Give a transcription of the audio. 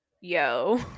yo